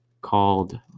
called